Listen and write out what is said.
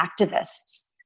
activists